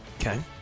Okay